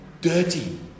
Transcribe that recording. Dirty